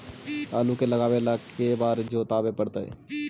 आलू के लगाने ल के बारे जोताबे पड़तै?